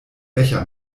becher